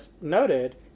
noted